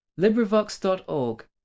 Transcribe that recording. LibriVox.org